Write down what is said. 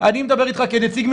אני אסביר.